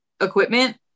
equipment